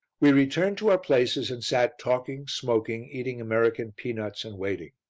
we returned to our places and sat talking, smoking, eating american pea-nuts and waiting.